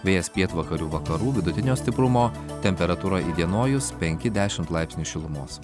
vėjas pietvakarių vakarų vidutinio stiprumo temperatūra įdienojus penki dešimt laipsnių šilumos